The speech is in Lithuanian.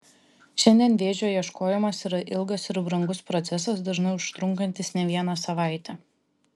šiandien vėžio ieškojimas yra ilgas ir brangus procesas dažnai užtrunkantis ne vieną savaitę